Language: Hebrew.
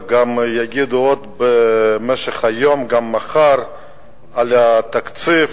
ועוד ידברו גם במשך היום וגם מחר על התקציב